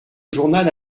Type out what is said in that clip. journal